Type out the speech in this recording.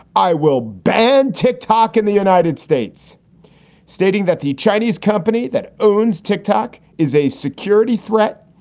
i will. ben, tick tock in the united states stating that the chinese company that owns tic-tac is a security threat.